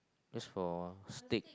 just for steak